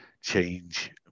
change